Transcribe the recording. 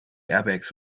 airbags